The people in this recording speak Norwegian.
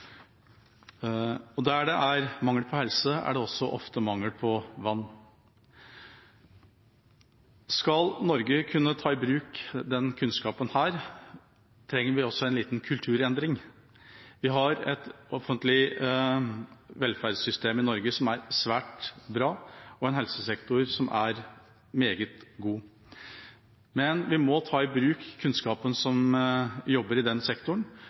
Der hvor det er mangel på helse, er det ofte også mangel på vann. Skal Norge kunne ta i bruk denne kunnskapen, trenger vi en liten kulturendring. Vi har et offentlig velferdssystem i Norge som er svært bra, og en helsesektor som er meget god. Men vi må ta i bruk kunnskapen til dem som jobber i den sektoren,